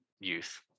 youth